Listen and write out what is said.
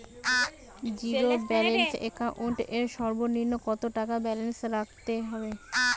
Zero balance account এর সর্বনিম্ন কত টাকা ব্যালেন্স রাখতে হবে?